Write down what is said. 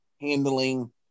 handling